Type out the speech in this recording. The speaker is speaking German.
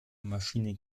maschine